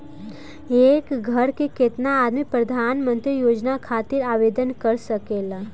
एक घर के केतना आदमी प्रधानमंत्री योजना खातिर आवेदन कर सकेला?